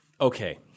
Okay